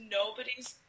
nobody's